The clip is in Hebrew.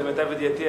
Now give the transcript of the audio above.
למיטב ידיעתי,